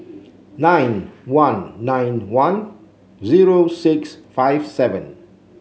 nine one nine one zero six five seven